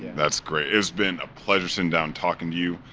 that's great. has been a pleasure seing down talking to you.